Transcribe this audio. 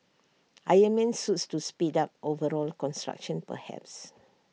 iron man suits to speed up overall construction perhaps